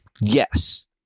Yes